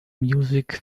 music